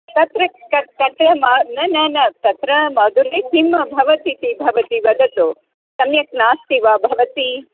तत्र कथं कथम् आ न न न तत्र मधुरे किम् अभवत् इति भवती वदतु सम्यक् नास्ति वा भवती